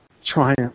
triumph